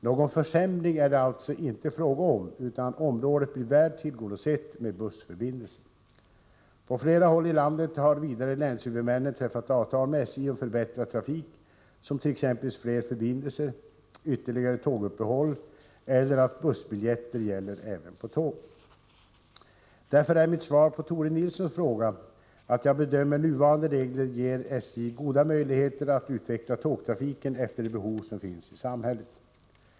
Någon försämring är det alltså inte fråga om, utan området blir väl tillgodosett med bussförbindelser. På flera håll i landet har vidare länshuvudmännen träffat avtal med SJ om förbättrad trafik som t.ex. fler förbindelser, ytterligare tåguppehåll eller att bussbiljetter gäller även på tåg. Därför är mitt svar på Tore Nilssons fråga att jag bedömer att nuvarande regler ger SJ goda möjligheter att utveckla tågtrafiken efter de behov som finns i samhället.